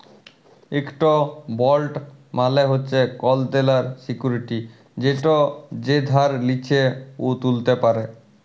ইকট বল্ড মালে হছে কল দেলার সিক্যুরিটি যেট যে ধার লিছে উ তুলতে পারে